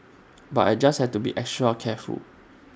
but I just have to be extra careful